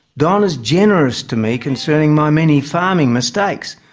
don is generous to me concerning my many farming mistakes,